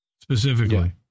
specifically